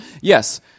yes